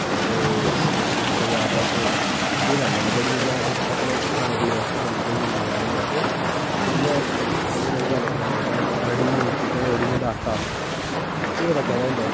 अस दिक्खेआ जा तां अस केह् लैन्ने होने बड़ी चीजां अस अपने खाने पीने आस्तै बड़ी चीजां यूस करनें होनें अस जियां में थोआनू गल्ल सनां तां रड़ी मेड़ चीजां रड़ी मेड़ आटा केह् पता केह्दा होंदा ओह्